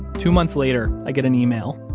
two months later, i get an email.